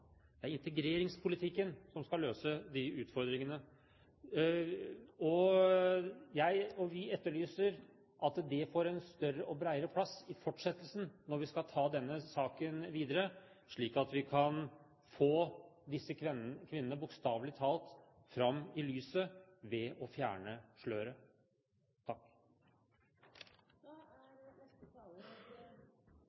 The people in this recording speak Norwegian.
Det er integreringspolitikken som skal løse de utfordringene. Jeg og vi etterlyser at det får en større og bredere plass i fortsettelsen når vi skal ta denne saken videre, slik at vi kan få disse kvinnene bokstavelig talt fram i lyset ved å fjerne sløret.